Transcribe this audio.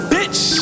Bitch